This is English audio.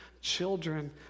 children